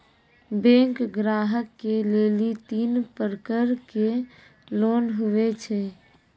Bank ग्राहक के लेली तीन प्रकर के लोन हुए छै?